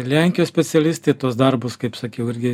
lenkijos specialistai tuos darbus kaip sakiau irgi